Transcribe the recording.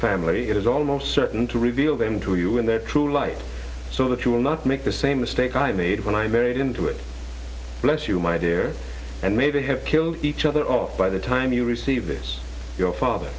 family it is almost certain to reveal them to you when they are true life so that you will not make the same mistake i made when i married into it bless you my dear and maybe have killed each other off by the time you receive your father